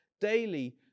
daily